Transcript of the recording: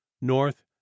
north